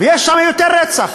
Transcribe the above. ויש שם יותר רצח.